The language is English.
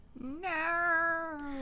No